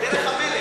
בהחלט בדרך המלך,